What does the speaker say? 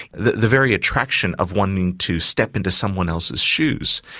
the the very attraction of wanting to step into someone else's shoes,